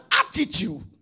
attitude